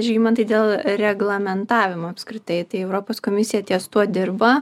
žygimantai dėl reglamentavimo apskritai tai europos komisija ties tuo dirba